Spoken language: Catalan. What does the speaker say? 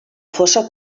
fossa